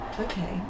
okay